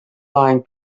lying